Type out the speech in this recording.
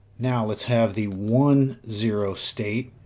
now let's have the one zero state.